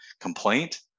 complaint